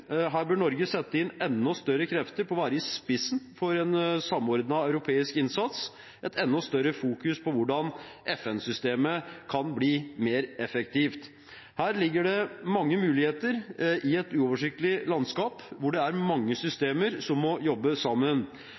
Her bør Norge sette inn enda større krefter for å være i spissen for en samordnet europeisk innsats og ha et enda større fokus på hvordan FN-systemet kan bli mer effektivt. Det ligger mange muligheter i et uoversiktlig landskap, hvor det er mange systemer som må jobbe sammen.